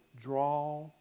Draw